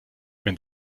wenn